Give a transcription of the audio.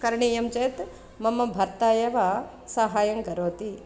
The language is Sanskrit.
करणीयं चेत् मम भर्ता एव साहाय्यं करोति